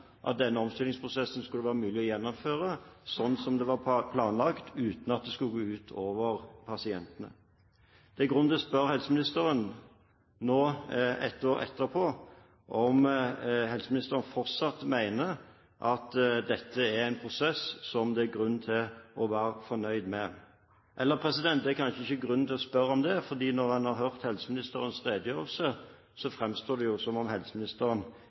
at denne omstillingsprosessen skulle være mulig å gjennomføre som planlagt, uten at det skulle gå ut over pasientene. Det er grunn til å spørre helseministeren nå etterpå om hun fortsatt mener at dette er en prosess som det er grunn til å være fornøyd med. Det er kanskje ikke grunn til å spørre om det, for når en har hørt helseministerens redegjørelse, framstår det jo som om helseministeren